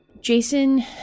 Jason